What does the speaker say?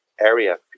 area